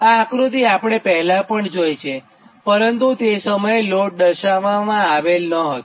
આ આકૃતિ આપણે પહેલાં પણ જોઇ છે પરંતુ તે સમયે લોડ દર્શાવવામાં આવેલ ન હતો